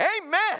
Amen